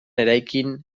eraikin